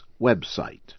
website